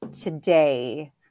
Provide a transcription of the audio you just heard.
today